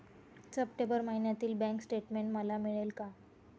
September महिन्यातील bank statement मला मिळेल का?